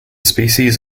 species